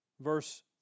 Verse